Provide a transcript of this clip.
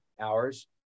hours